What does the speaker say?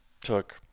took